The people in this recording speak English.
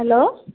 hello